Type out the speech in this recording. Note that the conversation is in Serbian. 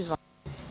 Izvolite.